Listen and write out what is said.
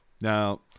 Now